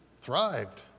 thrived